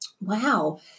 wow